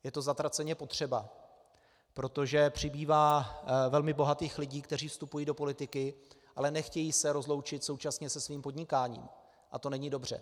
Je to zatraceně potřeba, protože přibývá velmi bohatých lidí, kteří vstupují do politiky, ale nechtějí se rozloučit současně se svým podnikáním a to není dobře.